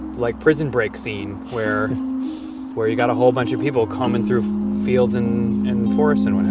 like prison break scene where where you got a whole bunch of people combing through fields and forests and